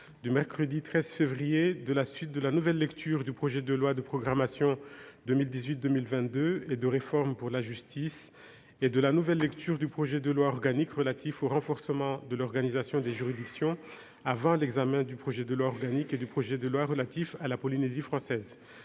du mercredi 13 février de la suite de la nouvelle lecture du projet de loi de programmation 2018-2022 et de réforme pour la justice et de la nouvelle lecture du projet de loi organique relatif au renforcement de l'organisation des juridictions, avant l'examen du projet de loi organique et du projet de loi relatifs à la Polynésie française.